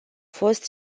fost